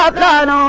um man um